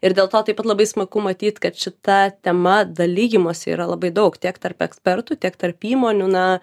ir dėl to taip pat labai smagu matyt kad šita tema dalijimosi yra labai daug tiek tarp ekspertų tiek tarp įmonių na